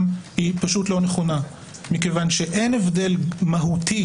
היא פשוט לא נכונה מכיוון שאין הבדל מהותי,